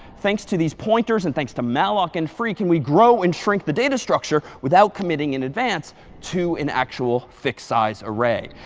thanks to these pointers and thanks to malloc and free can we grow and shrink the data structure without committing in advance to an actual fixed size array.